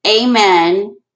amen